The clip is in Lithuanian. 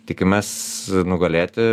tikimės nugalėti